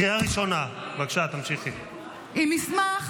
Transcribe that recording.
אני לא רוצה